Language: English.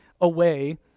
away